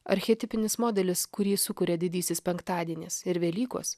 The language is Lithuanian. archetipinis modelis kurį sukuria didysis penktadienis ir velykos